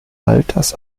alters